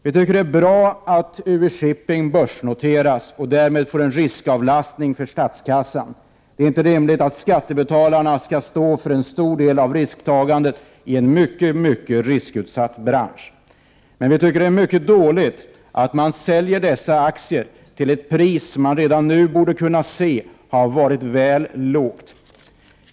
Vi tycker att det är bra att UV-Shipping börsnoteras och att det därmed blir en riskavlastning för statskassan. Det är inte rimligt att skattebetalarna skall stå för en stor del av risktagandet i en mycket riskutsatt bransch. Men vi tycker att det är mycket dåligt att man säljer dessa aktier till ett pris som, enligt vad man redan nu borde ha kunnat se, är väl lågt.